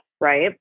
right